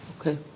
Okay